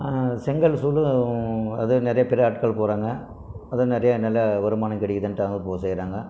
செங்கல் சூளை அதான் நிறையா பெரிய ஆட்கள் போகிறாங்க அதான் நிறைய நல்லா வருமானம் கிடைக்குதுன்ட்டு அங்கே போய் செய்கிறாங்க